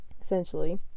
essentially